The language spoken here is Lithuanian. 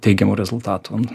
teigiamų rezultatų